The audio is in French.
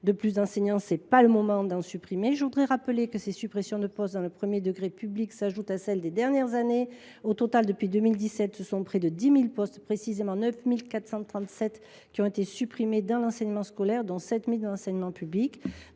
de plus d’enseignants, ce n’est pas le moment de supprimer des postes. Par ailleurs, ces suppressions de postes dans le premier degré public s’ajoutent à celles des dernières années. Au total, depuis 2017, ce sont 9 437 postes qui ont été supprimés dans l’enseignement scolaire, notamment 7 000 dans l’enseignement public.